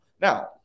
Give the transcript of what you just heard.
Now